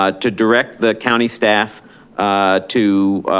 ah to direct the county staff to